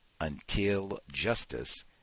untiljustice